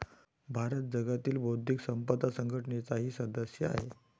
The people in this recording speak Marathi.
भारत जागतिक बौद्धिक संपदा संघटनेचाही सदस्य आहे